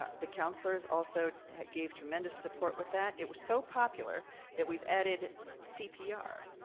the counselors also gave tremendous support with that. it was so popular that we've added cpr,